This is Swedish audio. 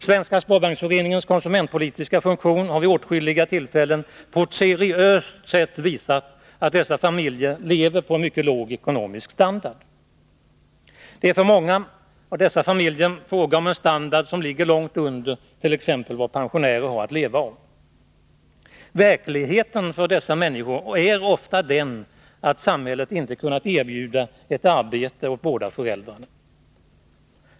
Svenska sparbanksföreningens konsumentpolitiska funktion har vid åtskilliga tillfällen på ett seriöst sätt visat att dessa familjer lever på en mycket låg ekonomisk standard. Det är för många av dessa familjer fråga om en ekonomisk standard som ligger långt under t.ex. vad pensionärer har att leva av. Verkligheten för dessa människor är ofta den att samhället inte kunnat erbjuda ett arbete åt båda föräldrarna.